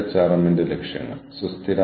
ഞാൻ നിങ്ങൾക്ക് ഒരു ഉദാഹരണം തരാം